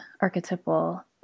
archetypal